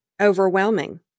overwhelming